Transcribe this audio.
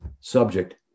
subject